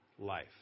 life